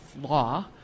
law